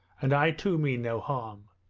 and i too mean no harm.